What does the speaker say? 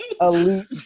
elite